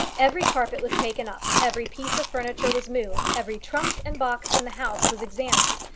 every carpet was taken up, every piece of furniture was moved, every trunk and box in the house was examined,